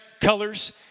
colors